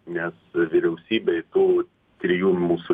nes vyriausybei tų trijų mūsų